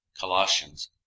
Colossians